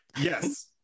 Yes